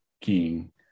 King